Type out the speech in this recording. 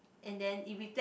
and then it reflect